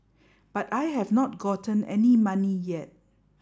but I have not gotten any money yet